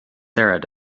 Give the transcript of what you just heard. sarah